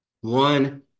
one